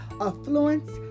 affluence